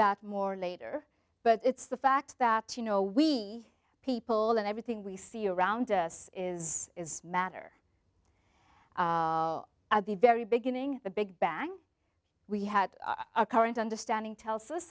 that more later but it's the fact that you know we people and everything we see around us is matter at the very beginning the big bang we had our current understanding tells us